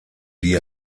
die